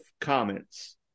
comments